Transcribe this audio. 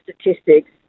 Statistics